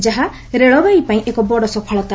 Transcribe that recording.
ଯାହା ରେଳବାଇ ପାଇଁ ଏକ ବଡ ସଫଳତା